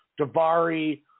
Davari